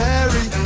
Mary